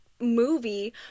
movie